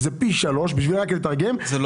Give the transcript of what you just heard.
סכום